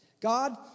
God